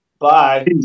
Bye